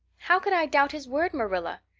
how could i doubt his word, marilla?